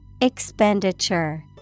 Expenditure